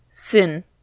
Sin